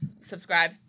subscribe